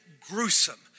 gruesome